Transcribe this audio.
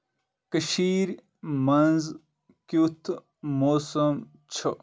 کٔشیٖرِ منٛز کِیُتھ موسم چُھ